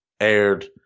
aired